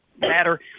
matter